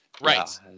right